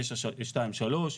923,